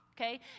okay